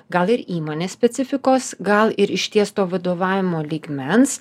gal ir įmonės specifikos gal ir ištiesto vadovavimo lygmens